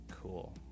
Cool